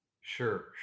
Sure